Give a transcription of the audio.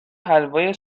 حلوای